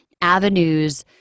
avenues